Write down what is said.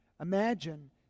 Imagine